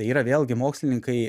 tai yra vėlgi mokslininkai